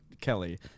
Kelly